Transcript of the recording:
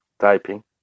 Typing